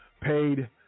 paid